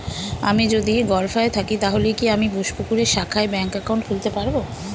আমি যদি গরফায়ে থাকি তাহলে কি আমি বোসপুকুরের শাখায় ব্যঙ্ক একাউন্ট খুলতে পারবো?